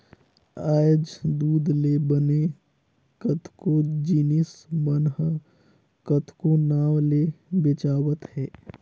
आयज दूद ले बने कतको जिनिस मन ह कतको नांव ले बेंचावत हे